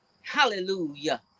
Hallelujah